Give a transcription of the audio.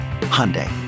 Hyundai